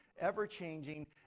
ever-changing